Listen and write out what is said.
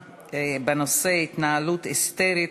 בנושא: התנהלות היסטרית,